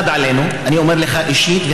אני אומר לך אישית,